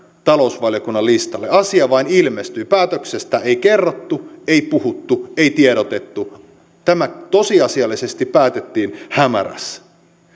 talousvaliokunnan listalle asia vain ilmestyi päätöksestä ei kerrottu ei puhuttu ei tiedotettu tämä tosiasiallisesti päätettiin hämärässä